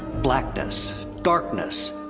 blackness. darkness.